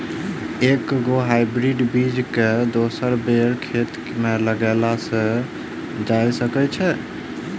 एके गो हाइब्रिड बीज केँ दोसर बेर खेत मे लगैल जा सकय छै?